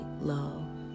love